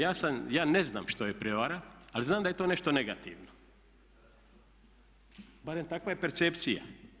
Ja sam, ja ne znam što je prijevara ali znam da je to nešto negativno, barem takva je percepcija.